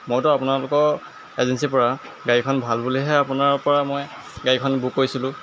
মইতো আপোনালোকৰ এজেঞ্চিৰ পৰা গাড়ীখন ভাল বুলিহে আপোনাৰ পৰা মই গাড়ীখন বুক কৰিছিলোঁ